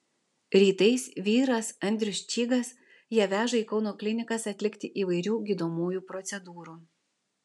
rytais vyras andrius čygas ją veža į kauno klinikas atlikti įvairių gydomųjų procedūrų